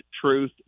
truth